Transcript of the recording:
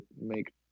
make